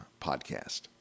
podcast